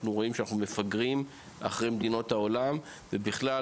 רואים שאנחנו מפגרים אחרי מדינות העולם ובכלל,